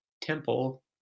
Temple